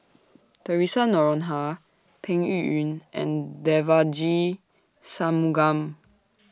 Theresa Noronha Peng Yuyun and Devagi Sanmugam